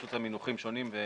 אלה פשוט מינוחים שונים.